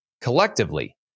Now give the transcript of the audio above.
collectively